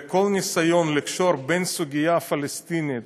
כל ניסיון לקשור בין הסוגיה הפלסטינית